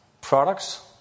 products